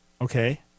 Okay